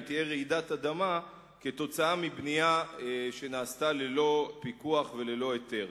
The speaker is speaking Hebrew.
אם תהיה רעידת אדמה כתוצאה מבנייה שנעשתה ללא פיקוח וללא היתר.